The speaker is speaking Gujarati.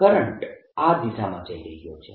કરંટ આ દિશામાં જઈ રહ્યો છે